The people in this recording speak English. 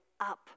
up